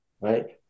right